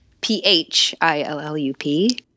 P-H-I-L-L-U-P